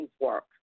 work